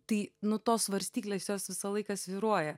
tai nu tos svarstyklės jos visą laiką svyruoja